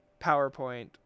PowerPoint